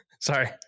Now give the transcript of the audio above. sorry